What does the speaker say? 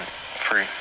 free